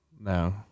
No